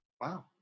Wow